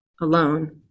alone